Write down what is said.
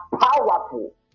powerful